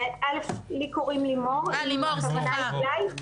א', לי קוראים לימור, אם הכוונה היא אליי.